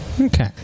Okay